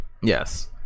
yes